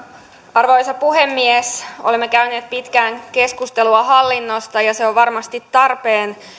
arvoisa puhemies olemme käyneet pitkään keskustelua hallinnosta ja se on varmasti tarpeen